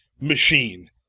machine